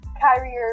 Kyrie